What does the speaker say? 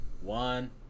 one